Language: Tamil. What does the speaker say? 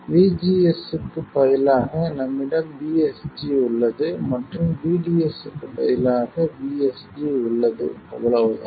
VGS க்கு பதிலாக நம்மிடம் VSG உள்ளது மற்றும் VDS க்கு பதிலாக VSD உள்ளது அவ்வளவுதான்